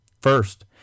First